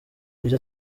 iryo